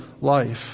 life